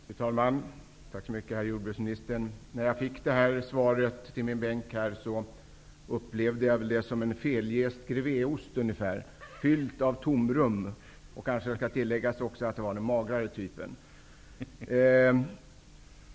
Fru talman! Tack så mycket, herr jordbruksminister. När jag fick svaret i min bänk upplevde jag det som en feljäst grevéost -- fyllt av tomrum. Det skall tilläggas att det var den magrare typen.